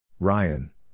Ryan